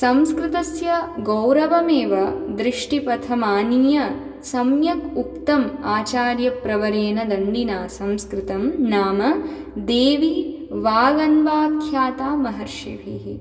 संस्कृतस्य गौरवम् एव दृष्टिपथमानीय सम्यक् उक्तम् आचार्यप्रवरेण दण्डिना संस्कृतं नाम देवी वागन्वाख्याता महर्षिभिः